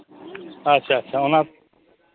ᱟᱪᱪᱷᱟ ᱟᱪᱪᱷᱟ ᱚᱱᱟ